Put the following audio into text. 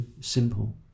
simple